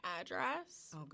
address